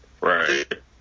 Right